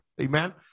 Amen